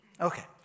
Okay